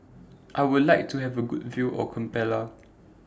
I Would like to Have A Good View of Kampala